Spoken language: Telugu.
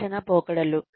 శిక్షణ పోకడలు